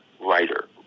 writer